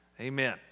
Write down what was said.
Amen